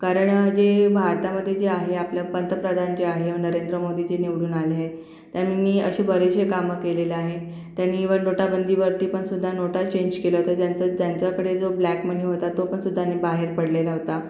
कारण जे भारतामध्ये जे आहे आपल्या पंतप्रधान जे आहे नरेंद्र मोदीजी निवडून आले त्यांनी असे बरेचसे कामं केलेलं आहे त्यांनी इव्हन नोटाबंदीवरतीपणसुद्धा नोटा चेंज केल्या होत्या ज्यांचं ज्यांच्याकडे जो ब्लॅक मनी होता तो पणसुद्धानी बाहेर पडलेला होता